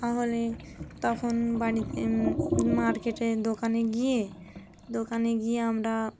তাহলে তখন বাড়িতে মার্কেটে দোকানে গিয়ে দোকানে গিয়ে আমরা